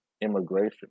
immigration